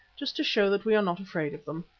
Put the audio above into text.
just to show that we are not afraid of them.